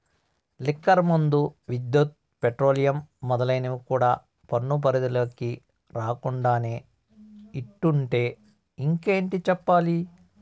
liquor మందు, విద్యుత్, petroleum మొదలైనవి కూడా పన్ను పరిధిలోకి రాకుండానే ఇట్టుంటే ఇంకేటి చెప్పాలి